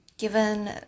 Given